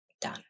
done